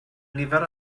nifer